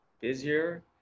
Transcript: busier